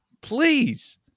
please